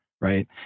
right